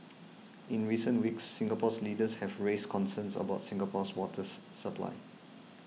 in recent weeks Singapore leaders have raised concerns about Singapore's water supply